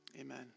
Amen